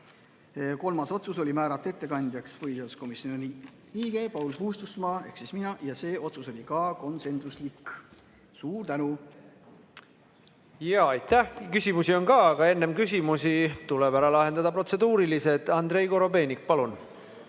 Kolmas otsus oli määrata ettekandjaks põhiseaduskomisjoni liige Paul Puustusmaa ehk siis mina, see otsus oli konsensuslik. Suur tänu! Jaa, aitäh! Küsimusi on ka, aga enne tuleb ära lahendada protseduurilised. Andrei Korobeinik, palun!